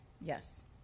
Yes